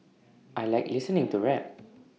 I Like listening to rap